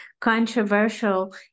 controversial